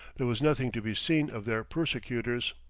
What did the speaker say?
there was nothing to be seen of their persecutors.